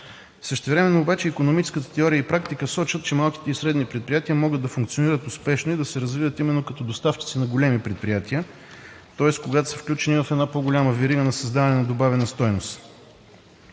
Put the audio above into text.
Същевременно обаче икономическата теория и практика сочат, че малките и средни предприятия могат да функционират успешно и да се развиват именно като доставчици на големи предприятия, тоест, когато са включени в една по-голяма верига на създаване на добавена стойност,